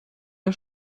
der